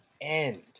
end